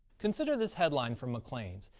consider this headline from maclean's.